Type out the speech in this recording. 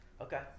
Okay